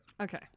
Okay